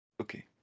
Okay